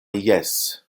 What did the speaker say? jes